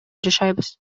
жашайбыз